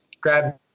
grab